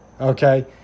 okay